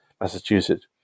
Massachusetts